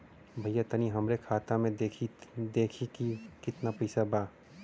भईया तनि हमरे खाता में देखती की कितना पइसा बा?